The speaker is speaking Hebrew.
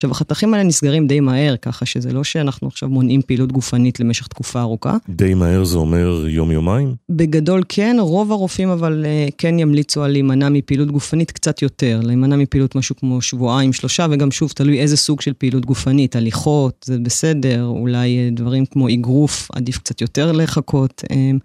עכשיו החתכים האלה נסגרים די מהר, ככה שזה לא שאנחנו עכשיו מונעים פעילות גופנית למשך תקופה ארוכה. די מהר זה אומר יום-יומיים? בגדול כן, רוב הרופאים אבל כן ימליצו על להימנע מפעילות גופנית קצת יותר. להימנע מפעילות משהו כמו שבועיים, שלושה, וגם שוב תלוי איזה סוג של פעילות גופנית. הליכות זה בסדר, אולי דברים כמו אגרוף עדיף קצת יותר לחכות.